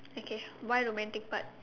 okay why do men take part